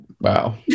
Wow